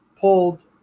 pulled